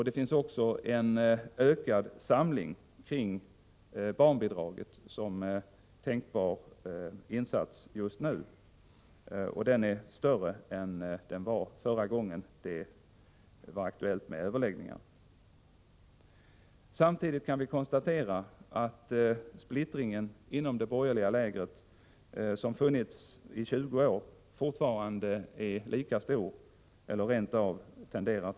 Det finns också en ökad uppfattning kring barnbidraget som tänkbar insats, och uppslutningen är större än den var förra gången det var aktuellt med överläggningar. Samtidigt kan vi konstatera att splittringen inom det borgerliga lägret, som funnits i 20 år, fortfarande är lika stor eller rent av större.